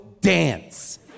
dance